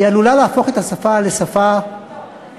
היא עלולה להפוך את השפה לשפה עקרה,